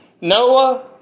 Noah